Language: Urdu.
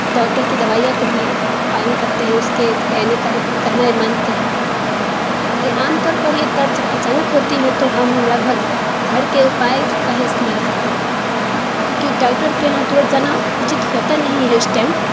ڈاکٹر کی دوائیاں کو بھی پائن کرتے ہیں اس کے کہنے کا بھی کہنا مانتے ہیں یہ عام طور پر یہ درد جب اچانک ہوتی ہے تو ہم لگ بھگ گھر کے اپائے کا ہی استعمال کرتے ہیں کیوں کہ ڈاکٹر کے یہاں ترنت جانا اچت ہوتا نہیں ہے اس ٹئم